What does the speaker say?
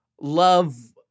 love